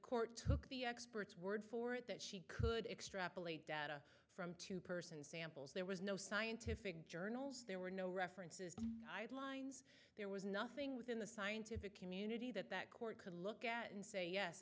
court took the experts word for it that she could extrapolate data from two persons samples there was no scientific journals there were no references line there was nothing within the scientific community that that court could look at and say yes